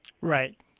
Right